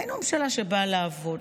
היינו ממשלה שבאה לעבוד.